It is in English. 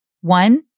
One